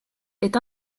est